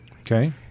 Okay